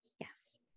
Yes